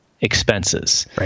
expenses